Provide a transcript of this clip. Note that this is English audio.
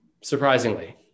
surprisingly